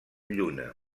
lluna